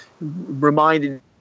reminded